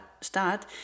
start